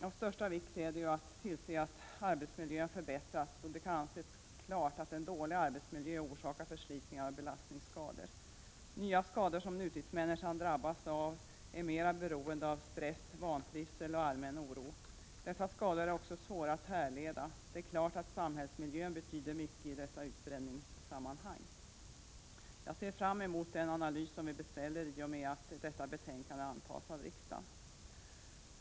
Av största vikt är att tillse att arbetsmiljön förbättras, då det kan anses klart att en dålig arbetsmiljö orsakar förslitningar och belastningsskador. Nya skador som nutidsmänniskan drabbas av är mera beroende av stress, vantrivsel och allmän oro. Dessa skador är också svåra att härleda, men det är klart att samhällsmiljön betyder mycket i dessa utbränningssammanhang. Jag ser fram emot den analys som vi beställer i och med att detta betänkande antas av riksdagen.